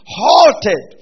halted